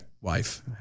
wife